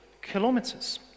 kilometers